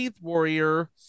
Warrior